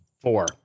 four